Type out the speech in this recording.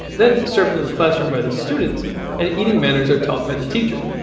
then served in the classroom by the students and eating manners are taught by the teacher.